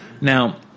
Now